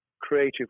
creative